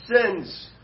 sins